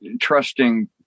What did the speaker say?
trusting